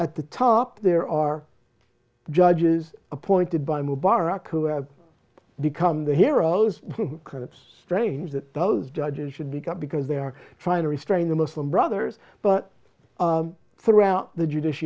at the top there are judges appointed by mubarak who have become the heroes kind of strange that those judges should be cut because they are trying to restrain the muslim brothers but throughout the judicia